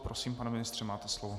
Prosím, pane ministře, máte slovo.